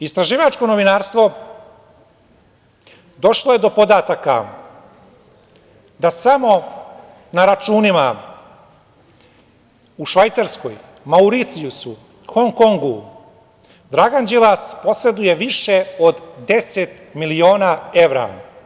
Istraživačko novinarstvo došlo je do podataka da samo na računima u Švajcarskoj, Mauricijusu, Hong Kongu Dragan Đilas poseduje više od 10 miliona evra.